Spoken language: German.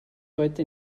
heute